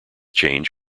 change